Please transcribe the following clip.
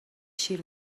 شیر